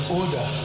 order